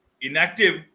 inactive